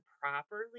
properly